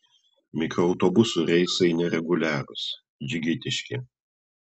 mikroautobusų reisai nereguliarūs džigitiški